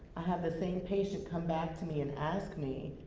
i had the same patient come back to me and ask me,